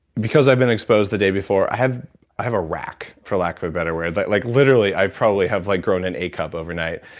because i've been exposed the day before, i have i have a rack for a lack for a better word like like literally i probably have like grown an a cup overnight.